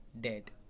dead